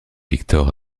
victor